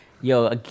Yo